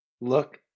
Look